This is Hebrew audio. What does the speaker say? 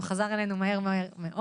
הוא חזר אלינו מהר מאוד.